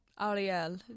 Ariel